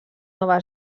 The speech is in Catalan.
nova